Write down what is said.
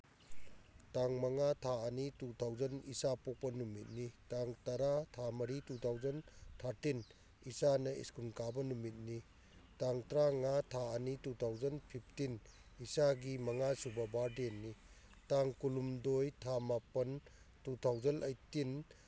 ꯇꯥꯡ ꯃꯉꯥ ꯊꯥ ꯑꯅꯤ ꯇꯨ ꯊꯥꯎꯖꯟ ꯏꯆꯥ ꯄꯣꯛꯄ ꯅꯨꯃꯤꯠꯅꯤ ꯇꯥꯡ ꯇꯔꯥ ꯊꯥ ꯃꯔꯤ ꯇꯨ ꯊꯥꯎꯖꯟ ꯊꯥꯔꯇꯤꯟ ꯏꯆꯥꯅ ꯁ꯭ꯀꯨꯜ ꯀꯥꯕ ꯅꯨꯃꯤꯠꯅꯤ ꯇꯥꯡ ꯇꯔꯥꯃꯉꯥ ꯊꯥ ꯑꯅꯤ ꯇꯨ ꯊꯥꯎꯖꯟ ꯐꯤꯞꯇꯤꯟ ꯏꯆꯥꯒꯤ ꯃꯉꯥ ꯁꯨꯕ ꯕꯥꯔꯗꯦꯅꯤ ꯇꯥꯡ ꯀꯨꯟꯍꯨꯝꯗꯣꯏ ꯊꯥ ꯃꯥꯄꯜ ꯇꯨ ꯊꯥꯎꯖꯟ ꯑꯩꯠꯇꯤꯟ